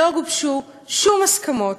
לא גובשו שום הסכמות,